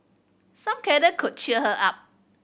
some cuddle could cheer her up